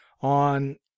On